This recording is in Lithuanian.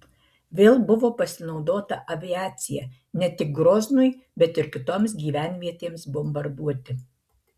vėl buvo pasinaudota aviacija ne tik groznui bet ir kitoms gyvenvietėms bombarduoti